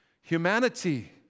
humanity